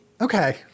Okay